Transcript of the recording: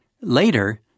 Later